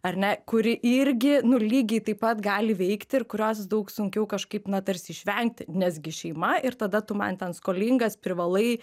ar ne kuri irgi nu lygiai taip pat gali veikti ir kurios daug sunkiau kažkaip na tarsi išvengti nes gi šeima ir tada tu man ten skolingas privalai